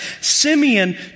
Simeon